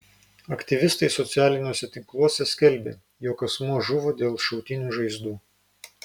aktyvistai socialiniuose tinkluose skelbia jog asmuo žuvo dėl šautinių žaizdų